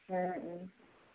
ஆ ஆ